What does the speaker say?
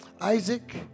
Isaac